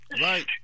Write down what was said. Right